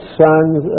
sons